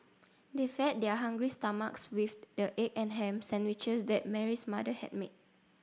they fed their hungry stomachs with the egg and ham sandwiches that Mary's mother had made